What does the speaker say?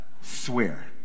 swear